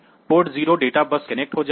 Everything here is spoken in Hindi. पोर्ट 0 डेटा बस कनेक्ट हो जाएगा